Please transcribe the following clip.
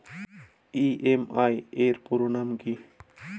EMI এর পুরোনাম কী?